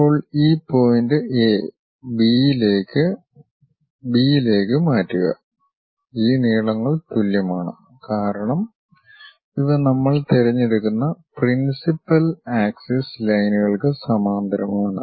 ഇപ്പോൾ ഈ point A B യിലേക്ക് ബി യിലേക്ക് മാറ്റുക ഈ നീളങ്ങൾ തുല്യമാണ് കാരണം ഇവ നമ്മൾ തിരഞ്ഞെടുക്കുന്ന പ്രിൻസിപ്പൽ ആക്സിസ് ലൈനുകൾക്ക് സമാന്തരമാണ്